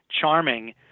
charming